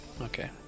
Okay